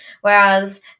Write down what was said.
whereas